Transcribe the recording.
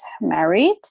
married